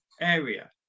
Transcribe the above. area